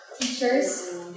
teachers